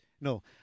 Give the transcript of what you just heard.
No